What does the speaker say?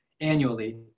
annually